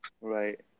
Right